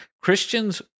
Christians